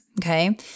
okay